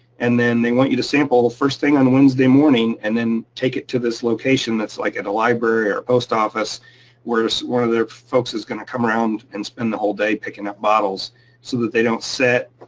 and then they want you to sample the first thing on the wednesday morning and then take it to this location that's like at a library or a post office where one of their folks is gonna come around and spend the whole day picking up bottles so that they don't sit.